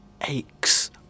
aches